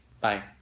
bye